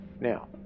now